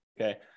okay